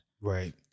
right